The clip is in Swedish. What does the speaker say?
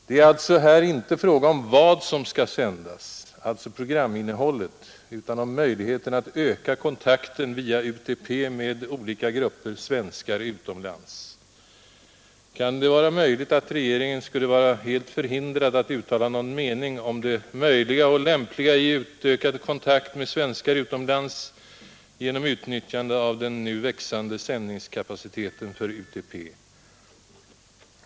Det är alltså här inte fråga om vad som skall sändas — alltså programinnehållet — utan om möjligheterna att öka kontakten via UTP med olika grupper svenskar utomlands. Kan det vara möjligt att regeringen skulle vara helt förhindrad att uttala någon mening om det möjliga och lämpliga i utökad kontakt med svenskar utomlands genom utnyttjande av den nu växande sändningskapaciteten för UTP?